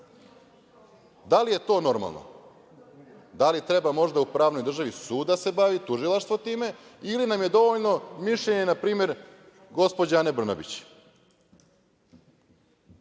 li je to normalno? Da li treba, možda, u pravnoj državi sud da se bavi, tužilaštvo time ili nam je dovoljno mišljenje, na primer, gospođe Ane Brnabić? Da